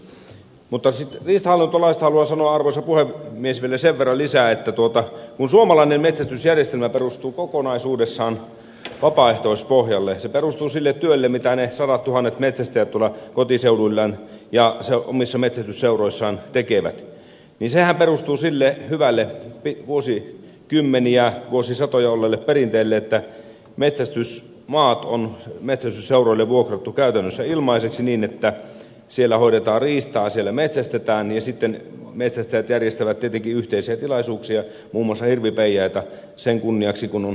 mutta riistahallintolaista haluan sanoa arvoisa puhemies vielä sen verran lisää että kun suomalainen metsästysjärjestelmä perustuu kokonaisuudessaan vapaaehtoispohjalle se perustuu sille työlle mitä ne sadattuhannet metsästäjät tuolla kotiseuduillaan ja omissa metsästysseuroissaan tekevät niin sehän perustuu sille hyvälle vuosikymmeniä vuosisatoja jatkuneelle perinteelle että metsästysmaat on metsästysseuroille vuokrattu käytännössä ilmaiseksi niin että siellä hoidetaan riistaa siellä metsästetään ja sitten metsästäjät järjestävät tietenkin jahdin jälkeen yhteisiä tilaisuuksia muun muassa hirvipeijaisia sen kunniaksi kun on saalista saatu